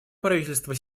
правительство